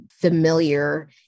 familiar